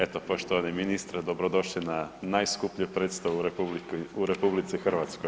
Eto, poštovani ministre, dobrodošli na najskuplju predstavu u RH.